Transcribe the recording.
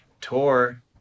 tour